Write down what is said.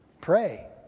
Pray